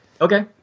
Okay